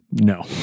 no